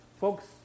Folks